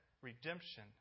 redemption